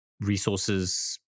resources